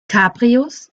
cabrios